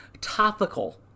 topical